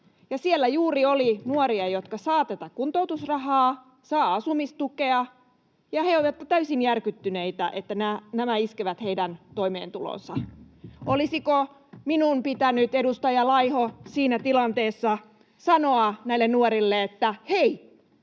Siellä juuri oli nuoria, jotka saavat tätä kuntoutusrahaa, saavat asumistukea, ja he olivat täysin järkyttyneitä, että nämä iskevät heidän toimeentuloonsa. Olisiko minun pitänyt, edustaja Laiho, siinä tilanteessa sanoa näille nuorille, että ”hei,